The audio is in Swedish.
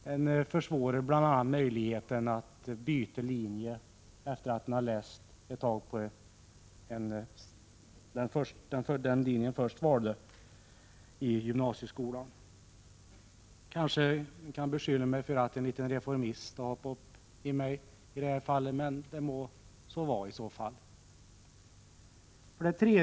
Den försvårar bl.a. elevernas möjlighet att efter en tid byta linje i gymnasieskolan. Man kan kanske i detta fall beskylla mig för att vara reformist, men det må så vara.